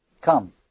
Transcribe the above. Come